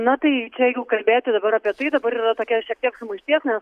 na tai čia jeigu kalbėti dabar apie tai dabar yra tokia šiek tiek sumaišties nes